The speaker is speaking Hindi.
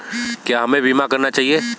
क्या हमें बीमा करना चाहिए?